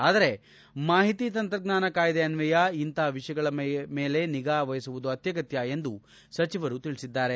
ಆದರೆ ಮಾಹಿತಿ ತಂತ್ರಜ್ಞಾನ ಕಾಯ್ದೆ ಅನ್ವಯ ಇಂತಹ ವಿಷಯಗಳ ಮೇಲೆ ನಿಗಾ ವಹಿಸುವುದು ಅತ್ಯಗತ್ಯ ಎಂದು ಸಚಿವರು ತಿಳಿಸಿದ್ದಾರೆ